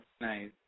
nice